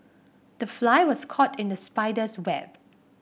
the fly was caught in the spider's web